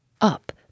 Up